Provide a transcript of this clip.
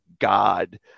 god